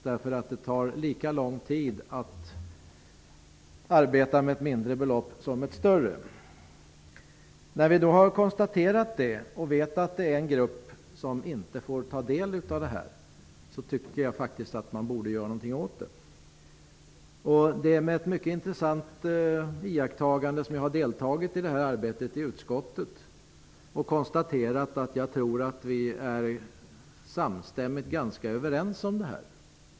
Det tar nämligen lika lång tid att arbeta med ett mindre belopp som med ett större. När vi nu har konstaterat detta och vet att en grupp inte får del av detta kapital borde vi göra någonting åt det. Det är med ett stort intresse som jag har deltagit i arbetet i utskottet. Jag konstaterar att vi är ganska överens.